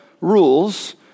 Rules